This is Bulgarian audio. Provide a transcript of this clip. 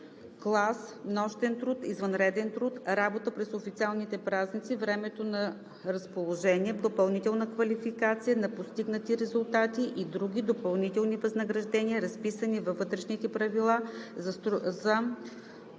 (клас), нощен труд, извънреден труд, работа през официалните празници, времето на разположение, допълнителна квалификация, за постигнати резултати и други допълнителни възнаграждения, разписани във Вътрешните правила за